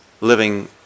living